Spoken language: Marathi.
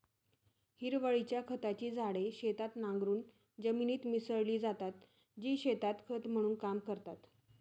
हिरवळीच्या खताची झाडे शेतात नांगरून जमिनीत मिसळली जातात, जी शेतात खत म्हणून काम करतात